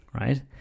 right